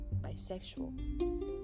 bisexual